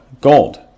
gold